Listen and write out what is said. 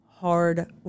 hard